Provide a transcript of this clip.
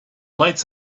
lights